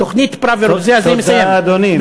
תוכנית פראוור, תודה, אדוני.